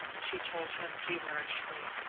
she told him feverishly.